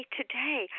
today